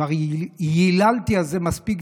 כבר ייללתי על זה מספיק.